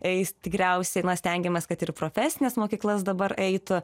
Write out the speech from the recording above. eis tikriausiai na stengiamės kad ir profesines mokyklas dabar eitų